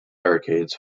barricades